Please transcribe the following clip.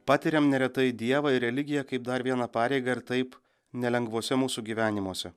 patiriam neretai dievą ir religiją kaip dar vieną pareigą ir taip nelengvuose mūsų gyvenimuose